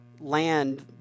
land